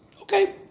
Okay